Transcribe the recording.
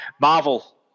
Marvel